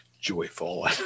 joyful